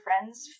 friends